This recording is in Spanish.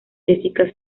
jessica